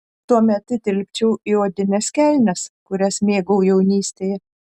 tuomet įtilpčiau į odines kelnes kurias mėgau jaunystėje